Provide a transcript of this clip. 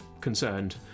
concerned